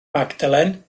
magdalen